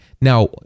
Now